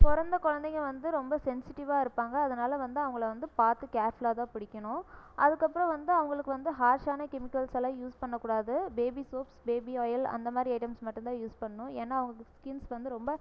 பிறந்த குழந்தைங்க வந்து ரொம்ப சென்சிட்டிவாக இருப்பாங்க அதனால் வந்து அவங்கள வந்து பார்த்து கேர்ஃபுலாக தான் பிடிக்கணும் அதுக்கப்புறோம் வந்து அவங்களுக்கு வந்து ஹார்ஷான கெமிக்கல்ஸ் எல்லாம் யூஸ் பண்ணக்கூடாது பேபி சோப்ஸ் பேபி ஆயில் அந்த மாதிரி ஐட்டம்ஸ் மட்டும் தான் யூஸ் பண்ணனும் ஏன்னா அவங்க ஸ்கின்ஸ் வந்து ரொம்ப